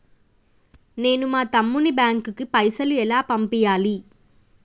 నేను మా తమ్ముని బ్యాంకుకు పైసలు ఎలా పంపియ్యాలి?